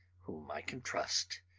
whom i can trust.